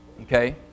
Okay